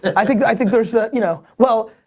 i think i think there's, you know. well,